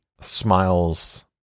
smiles